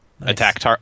Attack